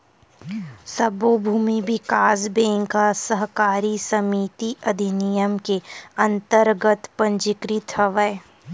सब्बो भूमि बिकास बेंक ह सहकारी समिति अधिनियम के अंतरगत पंजीकृत हवय